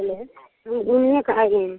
hello हम घूमने को आए हैं